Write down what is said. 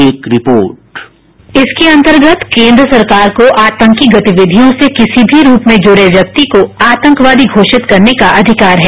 एक report byte इसके अंतर्गत केन्द्र सरकार को आतंकी गतिविधियों से किसी भी रूप में जुड़े व्यक्ति को आतंकवादी घोषित करने का अधिकार है